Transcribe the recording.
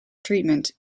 treatment